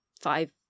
five